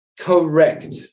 Correct